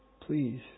please